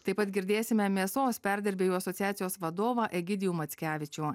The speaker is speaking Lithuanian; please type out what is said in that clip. taip pat girdėsime mėsos perdirbėjų asociacijos vadovą egidijų mackevičių